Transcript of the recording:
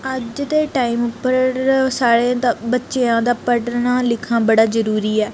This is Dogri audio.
अज्ज दे टाइम उप्पर साढ़े बच्चें दा पढ़ना लिखना बड़ा जरूरी ऐ